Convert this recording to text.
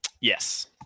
Yes